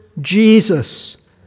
Jesus